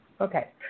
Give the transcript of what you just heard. Okay